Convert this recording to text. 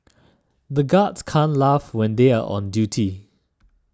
the guards can't laugh when they are on duty